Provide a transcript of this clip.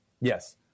Yes